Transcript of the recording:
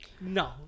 No